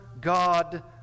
God